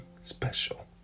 special